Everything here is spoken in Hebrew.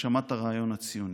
להגשמת הרעיון הציוני.